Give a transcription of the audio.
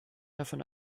davon